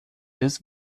des